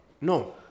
No